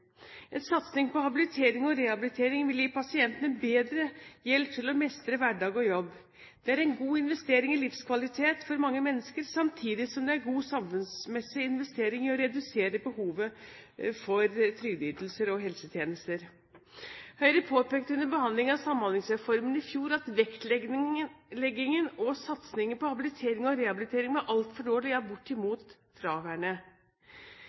En satsing på habilitering og rehabilitering vil gi pasientene bedre hjelp til å mestre hverdag og jobb. Det er en god investering i livskvalitet for mange mennesker, samtidig som det er en god samfunnsmessig investering å redusere behovet for trygdeytelser og helsetjenester. Høyre påpekte under behandlingen av Samhandlingsreformen i fjor at vektleggingen og satsingen på habilitering og rehabilitering var altfor dårlig, ja bortimot fraværende.